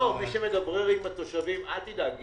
מי שמדבר עם התושבים אל תדאג,